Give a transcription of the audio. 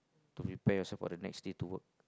to prepare yourself for the next day to work